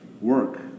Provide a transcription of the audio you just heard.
work